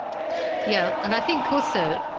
yeah and i think also,